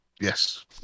Yes